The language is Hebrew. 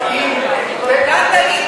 תקשיב לטלי.